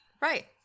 Right